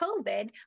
COVID